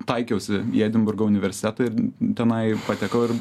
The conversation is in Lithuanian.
taikiausi į edinburgo universitetą ir tenai patekau ir